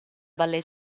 ballet